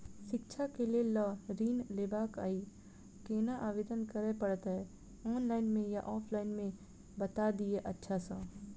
शिक्षा केँ लेल लऽ ऋण लेबाक अई केना आवेदन करै पड़तै ऑनलाइन मे या ऑफलाइन मे बता दिय अच्छा सऽ?